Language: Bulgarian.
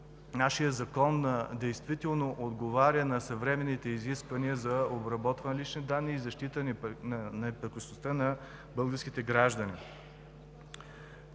нашият закон действително отговаря на съвременните изисквания за обработка на лични данни и защитата на неприкосновеността на българските граждани.